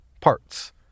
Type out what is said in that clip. parts